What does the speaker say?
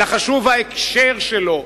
אלא חשוב ההקשר שלו,